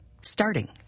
starting